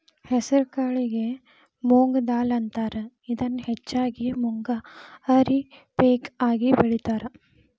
ಹೆಸರಕಾಳಿಗೆ ಮೊಂಗ್ ದಾಲ್ ಅಂತಾರ, ಇದನ್ನ ಹೆಚ್ಚಾಗಿ ಮುಂಗಾರಿ ಪೇಕ ಆಗಿ ಬೆಳೇತಾರ